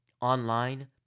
online